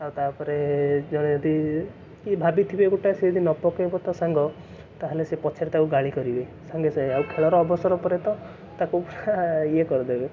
ଆଉ ତାପରେ ଜଣେ ଯଦି କିଏ ଭାବିଥିବେ ଗୋଟା ସେ ଯଦି ନ ପକାଇବ ତା ସାଙ୍ଗ ତାହାଲେ ସେ ପଛରେ ତାକୁ ଗାଳି କରିବେ ସାଙ୍ଗେ ସାଙ୍ଗେ ଆଉ ଖେଳର ଅବସର ପରେ ତ ତାକୁ ଇଏ କରିଦେବେ